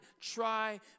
Try